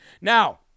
Now